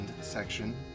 section